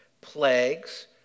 plagues